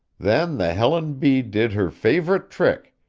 then the helen b. did her favourite trick,